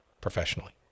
professionally